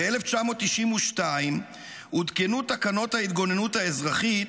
ב-1992 עודכנו תקנות ההתגוננות האזרחית